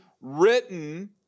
written